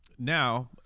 Now